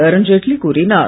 அருண்ஜெட்லி கூறினார்